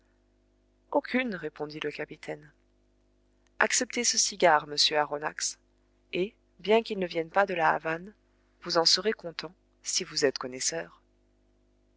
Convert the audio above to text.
aucune répondit le capitaine acceptez ce cigare monsieur aronnax et bien qu'il ne vienne pas de la havane vous en serez content si vous êtes connaisseur